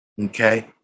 okay